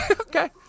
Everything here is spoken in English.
Okay